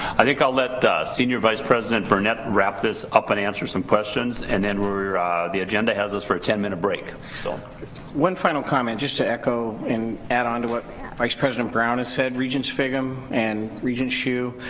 i think i'll let senior vice president burnett wrap this up and answer some questions and then the agenda has us for a ten minute break. so one final comment, just to echo and add on to what vice president brown has said. regent sviggum and regent hsu,